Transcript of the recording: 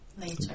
later